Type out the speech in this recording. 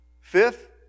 Fifth